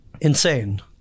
Insane